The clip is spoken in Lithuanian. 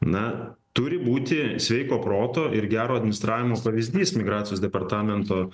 na turi būti sveiko proto ir gero administravimo pavyzdys migracijos departamento